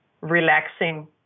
relaxing